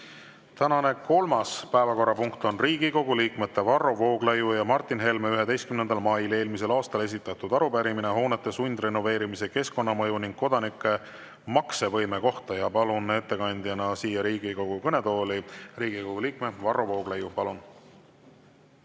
Tänane kolmas päevakorrapunkt on Riigikogu liikmete Varro Vooglaiu ja Martin Helme 11. mail eelmisel aastal esitatud arupärimine hoonete sundrenoveerimise keskkonnamõju ning kodanike maksevõime kohta. Palun ettekandjana siia Riigikogu kõnetooli Riigikogu liikme Varro Vooglaiu. Palun!